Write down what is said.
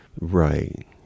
Right